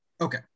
Okay